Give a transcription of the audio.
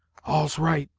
all's right,